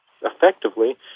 effectively